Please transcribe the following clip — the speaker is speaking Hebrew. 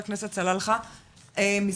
שוב,